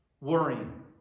Worrying